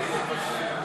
קבוצת סיעת מרצ,